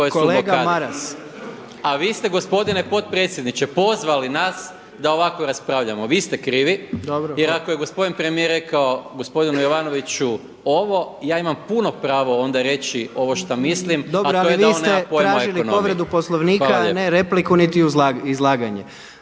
Kolega Maras!/… A vi ste gospodine potpredsjedniče pozvali nas da ovako raspravljamo. Vi ste krivi. …/Upadica Jandroković: Dobro./… Jer ako je gospodin premijer rekao gospodinu Jovanoviću ovo, ja imam puno pravo onda reći ovo šta mislim… …/Upadica Jandroković: Dobro da me niste tražili povredu Poslovnika, a ne repliku, niti izlaganje./…